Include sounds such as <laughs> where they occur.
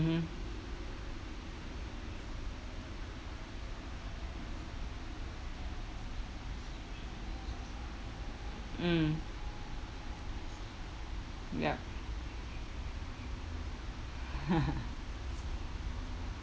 mmhmm mm ya <laughs>